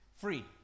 free